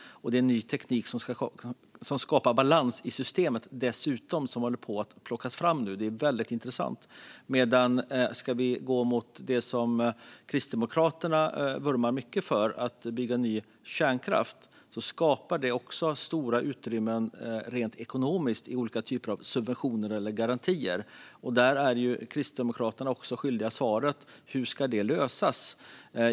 Det är ny teknik som skapar balans i systemet och som nu håller på att plockas fram. Det är väldigt intressant. Ska vi gå mot det som Kristdemokraterna vurmar mycket för, nämligen att bygga ny kärnkraft, skapar det också stora utrymmen rent ekonomiskt när det gäller olika typer av subventioner eller garantier. Där är Kristdemokraterna också svaret skyldiga om hur det ska lösas.